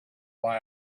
why